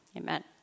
Amen